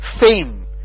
fame